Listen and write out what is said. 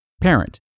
Parent